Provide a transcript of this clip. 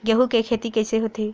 गेहूं के खेती कइसे होथे?